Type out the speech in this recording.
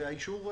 ואישור הוועדה,